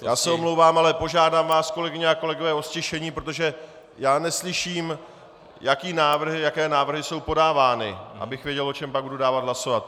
Já se omlouvám, ale požádám vás, kolegyně a kolegové, o ztišení, protože já neslyším, jaké návrhy jsou podávány, abych věděl, o čem pak budu dávat hlasovat.